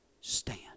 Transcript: stand